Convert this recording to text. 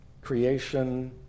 creation